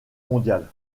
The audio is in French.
mondial